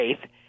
faith